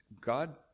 God